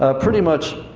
ah pretty much,